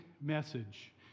message